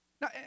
Now